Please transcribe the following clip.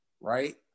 right